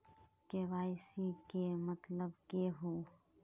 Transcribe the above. KYC के मतलब केहू?